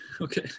Okay